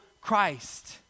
Christ